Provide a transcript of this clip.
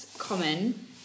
common